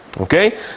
okay